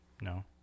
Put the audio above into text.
No